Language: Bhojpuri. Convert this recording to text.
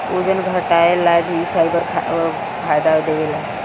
ओजन घटाएला भी फाइबर फायदा देवेला